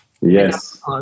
Yes